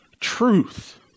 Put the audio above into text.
truth